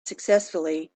successfully